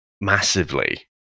massively